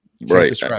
Right